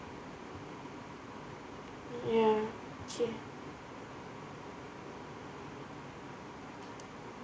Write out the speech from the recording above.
ya true